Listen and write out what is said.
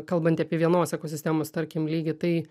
kalbant apie vienos ekosistemos tarkim lygį tai